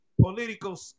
political